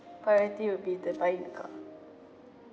priority will be the buying a car